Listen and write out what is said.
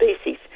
species